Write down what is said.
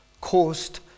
caused